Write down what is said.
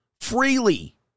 freely